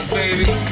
baby